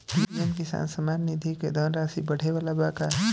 PM Kisan Samman Nidhi क धनराशि बढ़े वाला बा का?